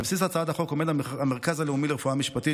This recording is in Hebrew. בבסיס הצעת החוק עומד המרכז הלאומי לרפואה משפטית,